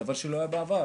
זה משהו שלא היה בעבר.